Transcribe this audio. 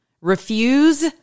Refuse